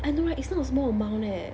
I know right it's not a small amount leh